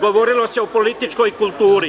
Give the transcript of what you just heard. govorilo se o političkoj kulturi.